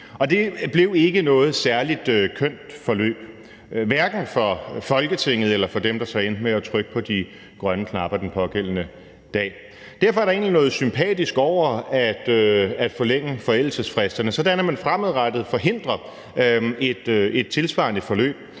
Det blev ikke noget særlig kønt forløb, hverken for Folketinget eller for dem, der så endte med at trykke på de grønne knapper den pågældende dag. Derfor er der egentlig noget sympatisk over at forlænge forældelsesfristerne, sådan at man fremadrettet forhindrer et tilsvarende forløb.